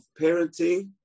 parenting